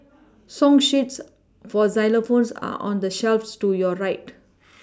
song sheets for xylophones are on the shelves to your right